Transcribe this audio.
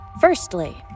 Firstly